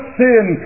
sin